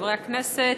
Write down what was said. חברי הכנסת,